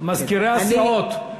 מזכירי הסיעות,